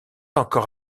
encore